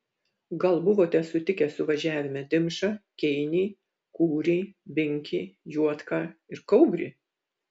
gal buvote sutikę suvažiavime dimšą keinį kūrį binkį juodką ir kaubrį